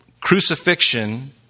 crucifixion